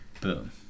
Boom